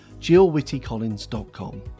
jillwittycollins.com